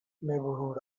neighbourhood